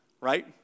right